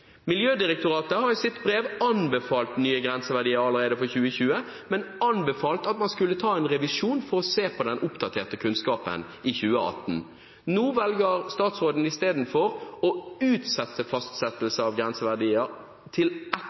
Miljødirektoratet har i sitt brev anbefalt nye grenseverdier allerede for 2020, men anbefalt at man skulle ta en revisjon for å se på den oppdaterte kunnskapen i 2018. Nå velger statsråden i stedet å utsette fastsettelsen av grenseverdier til